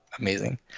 amazing